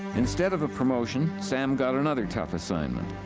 instead of a promotion, sam got another tough assignment.